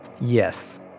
Yes